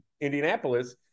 Indianapolis